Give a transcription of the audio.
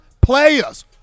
players